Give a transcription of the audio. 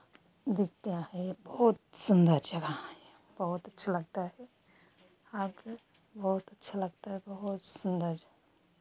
दिखते हैं बहुत सुन्दर जगह है बहुत अच्छा लगता है आकर बहुत अच्छा लगता है बहुत सुन्दर